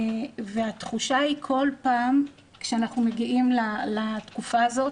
והתחושה היא כל פעם כשאנחנו מגיעים לתקופה הזאת,